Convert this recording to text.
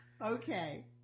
Okay